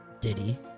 diddy